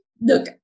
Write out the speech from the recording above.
look